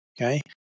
Okay